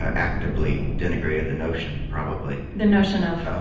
ah actively denigrated the notion, probably the notion of,